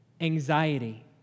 anxiety